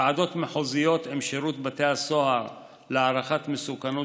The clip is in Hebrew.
ועדות מחוזיות עם שירות בתי הסוהר להערכת מסוכנות